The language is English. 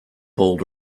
bold